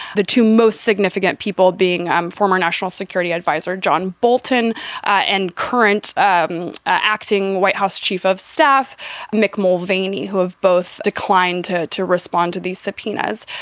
the two most significant people being um former national security adviser john bolton and current um acting white house chief of staff mick mulvaney, who have both declined to to respond to these subpoenas.